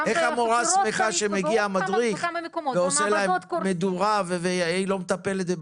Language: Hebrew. המורה הקבוע שמח על הגעת מדריך לכיתה.